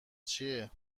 چیه